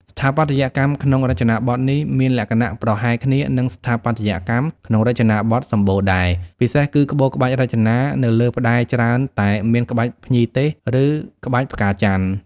ស្ថាបត្យកម្មក្នុងរចនាប័ទ្មនេះមានលក្ខណៈប្រហែលគ្នានឹងស្ថាបត្យកម្មក្នុងរចនាប័ទ្មសំបូរដែរ ពិសេសគឺក្បូរក្បាច់រចនានៅលើផ្ដែរច្រើនតែមានក្បាច់ភ្ញីទេស ឬក្បាច់ផ្កាចន្ទន៍។